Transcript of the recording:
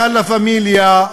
מה"לה-פמיליה",